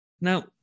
Now